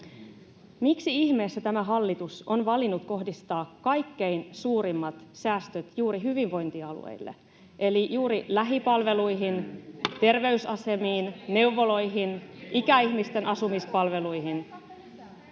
Miksi ihmeessä tämä hallitus on valinnut kohdistaa kaikkein suurimmat säästöt juuri hyvinvointialueille eli juuri lähipalveluihin, terveysasemiin, neuvoloihin, ikäihmisten asumispalveluihin?